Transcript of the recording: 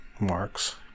marks